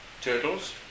turtles